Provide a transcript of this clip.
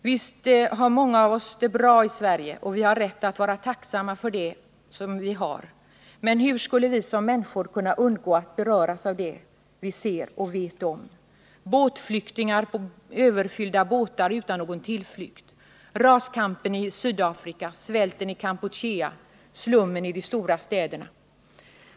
Visst har många av oss det bra i Sverige, och vi har rätt att vara tacksamma för det vi har. Men hur skulle vi som människor kunna undgå att beröras av det vi ser och vet om: slummen i de stora städerna.